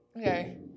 okay